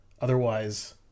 Otherwise